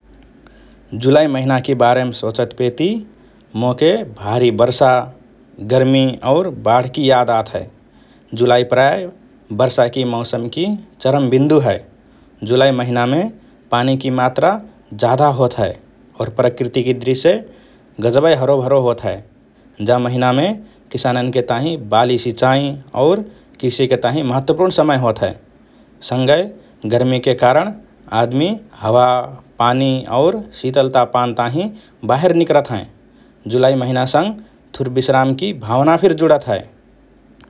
जुलाई महिनाकि बारेम सोचतपेति मोके भारि वर्षा, गर्मी और बाढकि याद आत हए । जुलाई प्रायः वर्षाकि मौसमकि चरम बिन्दु हए । जुलाई महिनामे पानीकि मात्रा जाधा होत हए और प्राकृतिकि दृश्य गजबए हरोभरो होत हए । जा महिनामे किसानन्के ताहिँ बाली सिँचाइ और कृषिके ताहिँ महत्वपूर्ण समय होत हए । सँगए, गर्मीके कारण आदमि हावा, पानी और शीतलता पान ताहिँ बाहेर निकरत हएँ । जुलाई महिनासँग थुर विश्रामकि भावना फिर जुडत हए ।